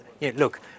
look